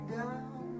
down